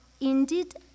indeed